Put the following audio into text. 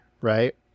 right